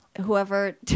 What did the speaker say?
Whoever